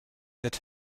that